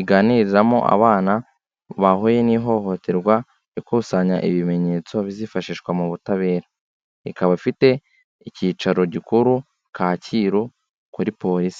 iganiririzamo abana bahuye n'ihohoterwa ikusanya ibimenyetso bizifashishwa mu butabera, ikaba ifite icyicaro gikuru Kacyiru kuri polisi.